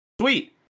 sweet